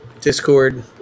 Discord